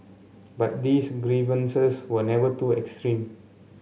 but these grievances were never too extreme